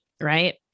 right